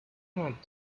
not